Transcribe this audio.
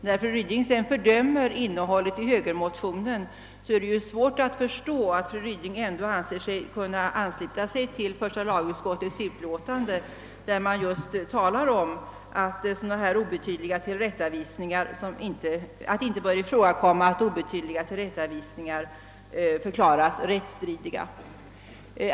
När fru Ryding sedan fördömer innehållet i högermotionen, är det svårt att förstå att fru Ryding ändå kan ansluta sig till utskottets utlåtande, där det just framhålles att det inte bör ifrågakomma att obetydliga tillrättavisningar förklaras rättsstridiga.